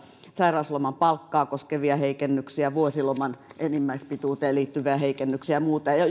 sairausloman palkkaa koskevia heikennyksiä ja vuosiloman enimmäispituuteen liittyviä heikennyksiä ja muuta